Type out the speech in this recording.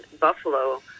buffalo